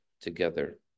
together